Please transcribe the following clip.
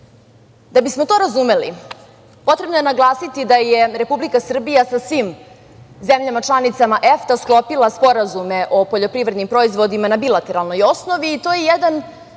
bismo to razumeli, potrebno je naglasiti da je Republika Srbija sa svim zemljama članicama EFTA sklopila sporazume o poljoprivrednim proizvodima na bilateralnoj osnovi i to je jedan